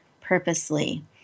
purposely